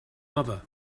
mother